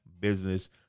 business